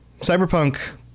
Cyberpunk